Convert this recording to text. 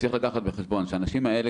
צריך לקחת בחשבון שהאנשים האלה,